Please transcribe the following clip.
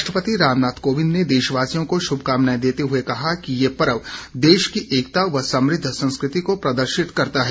राष्ट्रपति रामनाथ कोविंद ने देशवासियों को शुभकामनाएं देते हुए कहा कि ये पर्व देश की एकता व समृद्ध संस्कृति को प्रदर्शित करता है